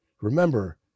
remember